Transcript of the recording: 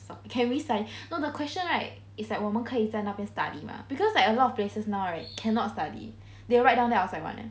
soc~ can we say stu~ the question right it's like 我们可以在那边 study mah because like a lot of places now right cannot study they write down outside [one] leh